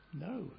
No